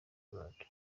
rwanda